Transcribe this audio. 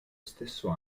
stesso